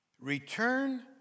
Return